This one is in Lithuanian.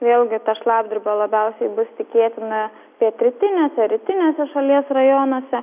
vėlgi ta šlapdriba labiausiai bus tikėtina pietrytiniuose rytiniuose šalies rajonuose